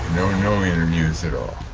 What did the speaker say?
no interviews at all